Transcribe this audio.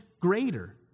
greater